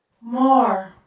More